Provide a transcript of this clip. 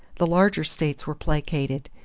the larger states were placated,